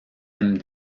him